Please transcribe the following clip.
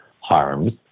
harms